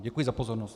Děkuji za pozornost.